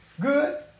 Good